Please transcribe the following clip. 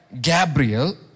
Gabriel